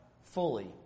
fully